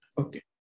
Okay